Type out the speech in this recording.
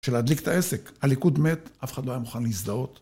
שלהדליק את העסק, הליכוד מת, אף אחד לא היה מוכן להזדהות